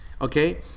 Okay